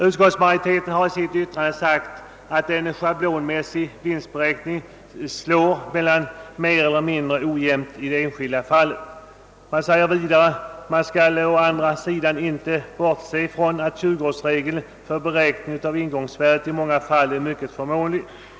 Utskottsmajoriteten har skrivit att en schablonmässig vinstberäkning slår mer eller mindre ojämnt i det enskilda fallet. Men sedan fortsätter utskottet: >Man kan å andra sidan inte bortse från att 20-årsregeln för beräkning av ingångsvärdet i många fall är mycket förmånlig.